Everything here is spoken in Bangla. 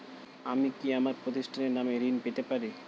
আমি কি আমার প্রতিষ্ঠানের নামে ঋণ পেতে পারি?